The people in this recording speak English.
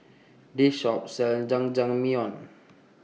This Shop sells Jajangmyeon